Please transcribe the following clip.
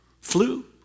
Flu